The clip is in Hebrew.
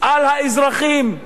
על האזרחים.